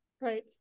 Right